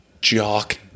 jock